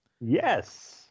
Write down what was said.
Yes